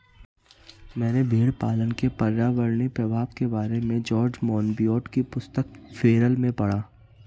मैंने भेड़पालन के पर्यावरणीय प्रभाव के बारे में जॉर्ज मोनबियोट की पुस्तक फेरल में पढ़ा